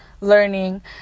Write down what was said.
learning